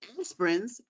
aspirins